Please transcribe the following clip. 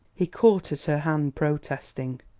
he caught at her hand, protesting.